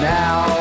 now